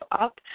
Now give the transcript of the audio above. up